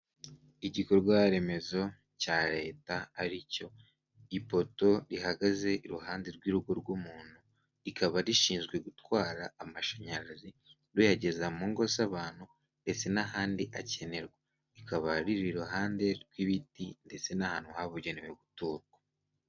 Igikorwaremezo cya Leta ari cyo ipoto rihagaze iruhande rw'urugo rw'umuntu rikaba rishinzwe gutwara amashanyarazi riyageza mu ngo z'abantu ndetse n'ahandi akenerwa, rikaba riri iruhande rw'ibiti ndetse n'ahantu habugenewe guturwa.